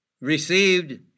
received